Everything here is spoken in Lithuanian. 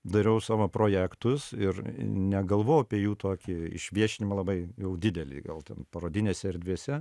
dariau savo projektus ir negalvojau apie jų tokį išviešinimą labai jau didelį gal ten parodinėse erdvėse